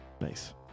nice